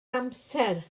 amser